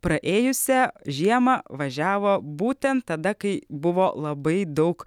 praėjusią žiemą važiavo būtent tada kai buvo labai daug